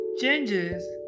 changes